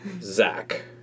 Zach